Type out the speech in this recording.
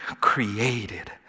created